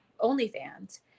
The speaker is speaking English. OnlyFans